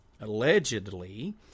allegedly